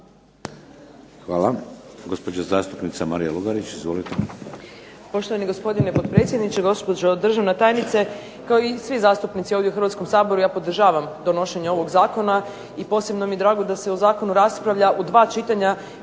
Hvala. Gospođa zastupnica Marija Lugarić. Izvolite.